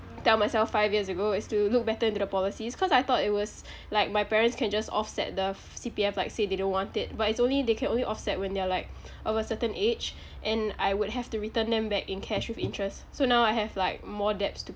tell myself five years ago is to look better into the policies cause I thought it was like my parents can just offset the F~ C_P_F like say they don't want it but it's only they can only offset when they're like of a certain age and I would have to return them back in cash with interest so now I have like more debts to